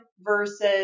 versus